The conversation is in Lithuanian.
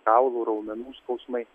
kaulų raumenų skausmai